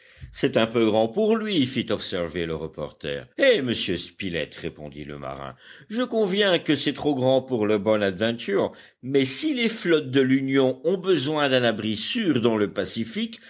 c'est un peu grand pour lui fit observer le reporter eh monsieur spilett répondit le marin je conviens que c'est trop grand pour le bonadventure mais si les flottes de l'union ont besoin d'un abri sûr dans le pacifique